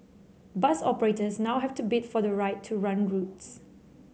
bus operators now have to bid for the right to run routes